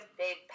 big